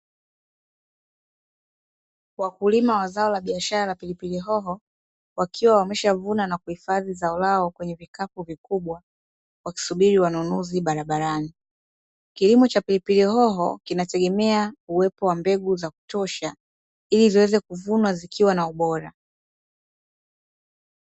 Wakulima wa zao la biashara la pilipili hoho, wakiwa wameshavuna na kuhifadhi zao lao kwenye vikapu vikubwa, wakisubiri wanunuzi barabarani. Kilimo cha pilipili hoho kinategemea uwepo wa mbegu za kutosha, ili ziweze kuvunwa zikiwa na ubora.